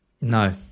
No